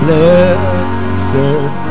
Blessed